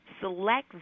select